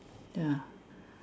ya